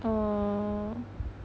oh